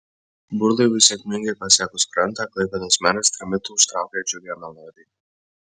burlaiviui sėkmingai pasiekus krantą klaipėdos meras trimitu užtraukė džiugią melodiją